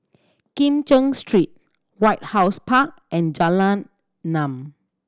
Kim Cheng Street White House Park and Jalan Enam